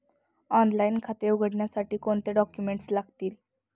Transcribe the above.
Online खाते उघडण्यासाठी कोणते डॉक्युमेंट्स लागतील?